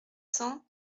cents